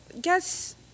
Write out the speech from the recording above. guess